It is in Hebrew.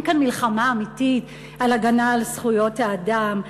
כאן מלחמה אמיתית על הגנה על זכויות האדם.